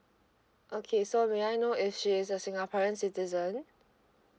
okay so may I know if she is a singaporean citizen